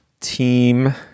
Team